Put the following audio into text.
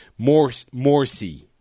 Morsi